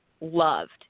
loved